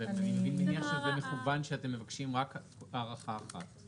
אני מניח שזה מכוון שאתם מבקשים רק הארכה אחת?